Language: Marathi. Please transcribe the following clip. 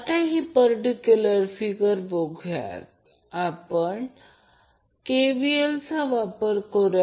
आता ही पर्टीक्युलर फिगर बघूया आणि KVL चा वापर करूया